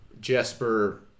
Jesper